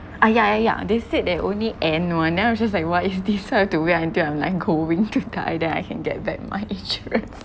uh ya ya ya they said that only end one then I was just like !wah! if this one I have to wait until I'm like going to die then I can get back my insurance